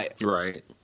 Right